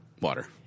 Water